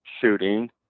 shooting